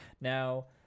Now